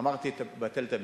אמרתי: תבטל את ה"מצ'ינג".